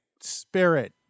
spirit